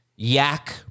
Yak